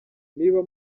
niba